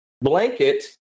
blanket